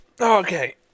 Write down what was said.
okay